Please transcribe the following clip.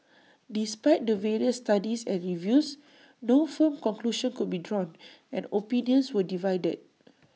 despite the various studies and reviews no firm conclusion could be drawn and opinions were divided